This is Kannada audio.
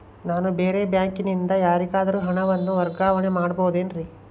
ನಾನು ಬೇರೆ ಬ್ಯಾಂಕಿನಿಂದ ಯಾರಿಗಾದರೂ ಹಣವನ್ನು ವರ್ಗಾವಣೆ ಮಾಡಬಹುದೇನ್ರಿ?